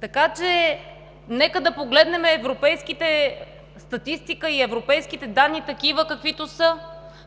Така че нека да погледнем европейската статистика и европейските данни такива, каквито са.